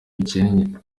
bikennye